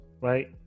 right